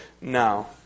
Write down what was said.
now